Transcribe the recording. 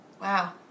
Wow